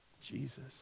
Jesus